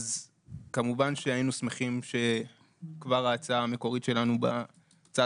כמובן היינו שמחים שההצעה המקורית שלנו בהצעה